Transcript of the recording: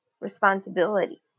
responsibility